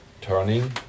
turning